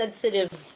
sensitive